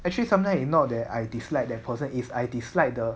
actually sometimes is not that I dislike that person is I dislike the